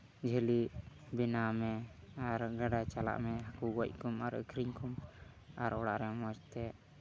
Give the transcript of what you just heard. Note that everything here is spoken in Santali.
ᱡᱷᱟᱹᱞᱤ ᱵᱮᱱᱟᱣ ᱢᱮ ᱟᱨ ᱜᱟᱰᱟ ᱪᱟᱞᱟᱜ ᱢᱮ ᱦᱟᱹᱠᱩ ᱜᱚᱡ ᱠᱚᱢ ᱟᱨ ᱟᱹᱠᱷᱨᱤᱧ ᱠᱚᱢ ᱟᱨ ᱚᱲᱟᱜ ᱨᱮᱦᱚᱸ ᱢᱚᱡᱽ ᱛᱮ